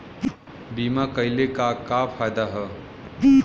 बीमा कइले का का फायदा ह?